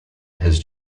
his